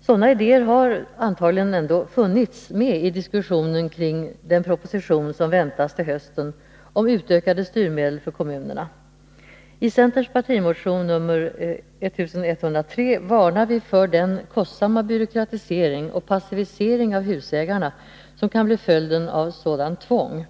Sådana idéer har antagligen funnits med i diskussionen om den proposition som väntas till hösten om utökade styrmedel för kommunerna. I centerns partimotion nr 1103 varnar vi för den kostsamma byråkratisering och'passivisering av husägarna som kan bli följden av sådant tvång.